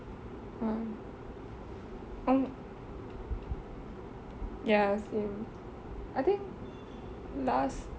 oh oh ya so I think last